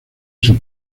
sus